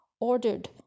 ordered